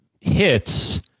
hits